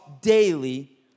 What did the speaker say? daily